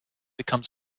becomes